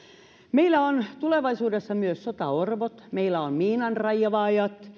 meillä on tulevaisuudessa myös sotaorvot meillä on miinanraivaajat